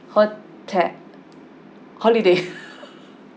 hotel holiday